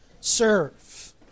Serve